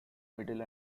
middle